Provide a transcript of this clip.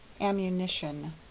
ammunition